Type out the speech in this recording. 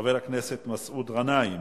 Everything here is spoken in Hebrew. חבר הכנסת מסעוד גנאים,